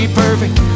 perfect